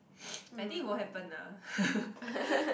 I think it won't happen ah